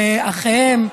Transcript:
לאחיהם,